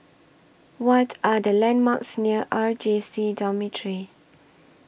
What Are The landmarks near R J C Dormitory